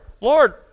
Lord